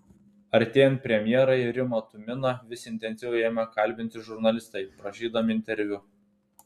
artėjant premjerai rimą tuminą vis intensyviau ėmė kalbinti žurnalistai prašydami interviu